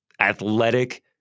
athletic